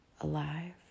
alive